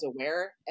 aware